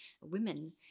women